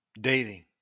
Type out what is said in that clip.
dating